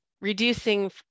reducing